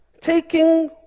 taking